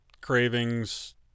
cravings